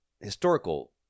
historical